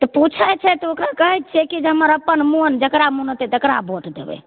तऽ पुछय छै तऽ ओकरा कहय छियै कि जे हमर अपन मोन जकरा मोन हेतय तकरा वोट देबय